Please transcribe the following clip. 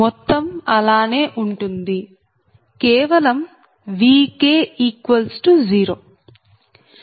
మొత్తం అలానే ఉంటుంది కేవలం Vk0